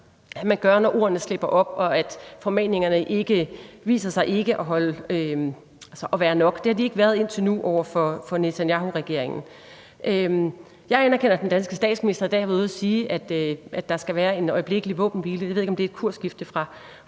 man gør, når ordene slipper op og formaninger viser sig ikke at være nok? Det har de ikke været indtil nu over for Netanyahuregeringen. Jeg anerkender, at den danske statsminister har været ude at sige, at der skal være en øjeblikkelig våbenhvile. Det ved jeg ikke om er et kursskifte fra